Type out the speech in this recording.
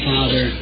Father